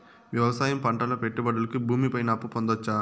వ్యవసాయం పంటల పెట్టుబడులు కి భూమి పైన అప్పు పొందొచ్చా?